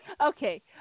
Okay